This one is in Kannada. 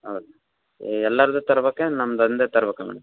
ಹೌದಾ ಎಲ್ಲರದ್ದು ತರ್ಬೇಕಾ ಏನು ನಮ್ದು ಒಂದೇ ತರ್ಬೇಕಾ ಮೇಡಮ್